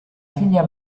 figlia